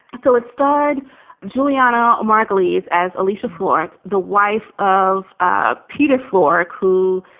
so it starred julianna margulies as alicia florrick, the wife of ah peter florrick, who